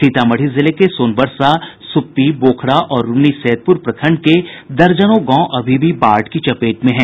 सीतामढ़ी जिले के सोनबरसा सुप्पी बोखड़ा और रून्नीसैदपुर प्रखंड के दर्जनों गांव अभी भी बाढ़ की चपेट में हैं